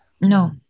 No